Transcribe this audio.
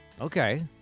Okay